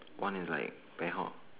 one is like